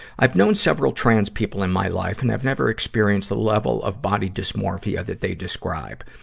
i've known several trans people in my life and have never experienced the level of body dysmorphia that they describe.